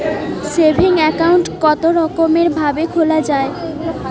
Saving account কতরকম ভাবে খোলা য়ায়?